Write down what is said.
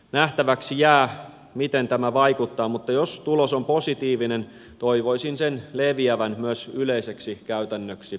nähtäväksi jää miten tämä vaikuttaa mutta jos tulos on positiivinen toivoisin sen leviävän myös yleiseksi käytännöksi suomessa